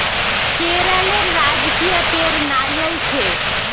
केरलेर राजकीय पेड़ नारियल छे